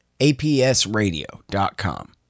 APSradio.com